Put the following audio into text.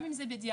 גם אם זה בדיעבד,